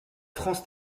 france